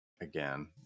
again